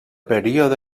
període